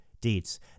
deeds